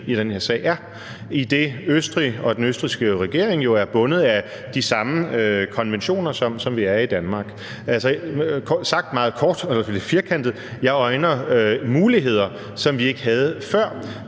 i den her sag er, idet Østrig og den østrigske regering jo er bundet af de samme konventioner, sådan som vi er i Danmark. Sagt meget kort og firkantet: Jeg øjner muligheder, som vi ikke havde før,